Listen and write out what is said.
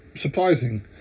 surprising